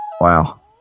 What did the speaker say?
Wow